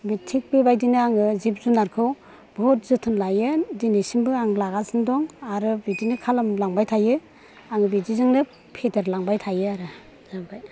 थिग बेबादिनो आंङो जिब जुनारखौ बहुद जोथोन लायो दिनैसिमबो आं लागासिनो दं आरो बिदिनो खालामलांबाय थायो आं बिदिजोंनो फेदेरलांबाय थायो आरो जाबाय